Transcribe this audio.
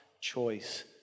choice